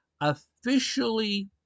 officially